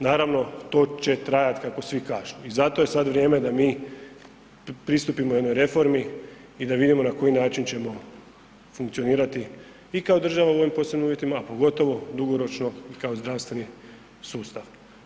Naravno to će trajati kako svi kažu i zato je sada vrijeme da mi pristupimo jednoj reformi i da vidimo na koji način ćemo funkcionirati i kao država u ovim posebnim uvjetima, a pogotovo dugoročno kao zdravstveni sustav.